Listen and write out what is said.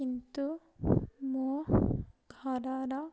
କିନ୍ତୁ ମୋ ଖରାର